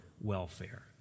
welfare